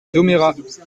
domérat